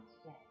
today